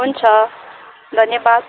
हुन्छ धन्यवाद